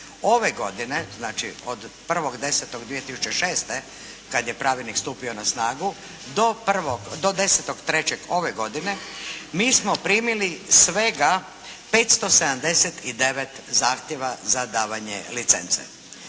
ove godine, znači od 1.10.2006. kad je pravilnik stupio na snagu do 10.3. ove godine mi smo primili svega 579 zahtjeva za davanje licence.